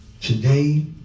Today